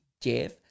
jeff